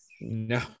No